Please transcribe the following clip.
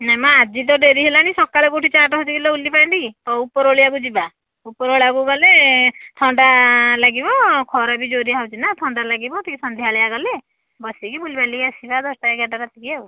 ନାଇଁମ ଆଜିତ ଡେରି ହେଲାଣି ସକାଳୁ କେଉଁଠି ହେଉଛି କି ଲୋ ଓଲିପାଣ୍ଡି ହଉ ଉପରବେଳିକୁ ଯିବା ଉପରବେଳାକୁ ଗଲେ ଥଣ୍ଡା ଲାଗିବ ଖରା ବି ଜୋରିଆ ହେଉଛି ନା ଥଣ୍ଡା ଲାଗିବ ଟିକେ ସନ୍ଧ୍ୟାବେଳିଆ ଗଲେ ବସିକି ବୁଲିବାଲିକି ଆସିବା ଦଶଟା ଏଗାରେଟା ରାତିକି ଆଉ